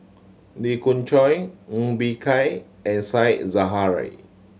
Lee Khoon Choy Ng Bee Kia and Said Zahari